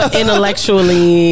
intellectually